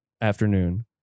afternoon